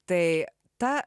tai ta